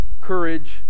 courage